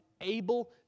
able